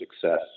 success